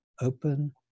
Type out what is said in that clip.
open